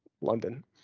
london